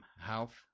health